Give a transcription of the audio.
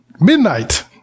midnight